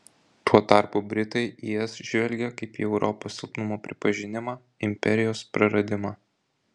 tuo tarpu britai į es žvelgia kaip į europos silpnumo pripažinimą imperijos praradimą